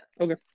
Okay